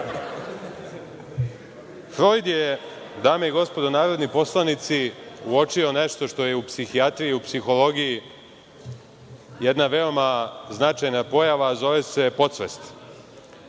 je, dame i gospodo narodni poslanici, uočio nešto što je u psihijatriji, u psihologiji jedna veoma značajna pojava, a zove se podsvest.